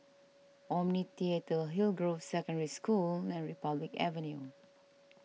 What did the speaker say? Omni theatre Hillgrove Secondary School and Republic Avenue